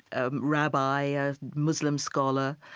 a rabbi, a muslim scholar,